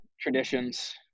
traditions